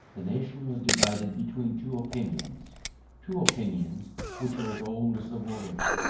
the nation was divided between two opinions two opinions which are as old as the world,